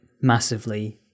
massively